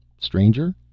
Stranger